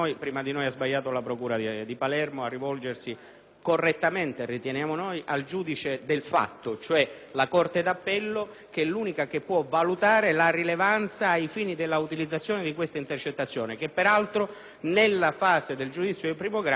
(correttamente, riteniamo noi), al giudice del fatto, cioè alla corte d'appello, la quale è l'unica che può valutare la rilevanza ai fini della utilizzazione di questa intercettazione che, peraltro, nella fase del giudizio di primo grado, non sembra essere stata né richiesta né utilizzata.